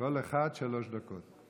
כל אחד שלוש דקות.